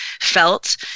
felt